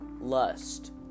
lust